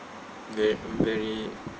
ver~ very